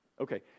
Okay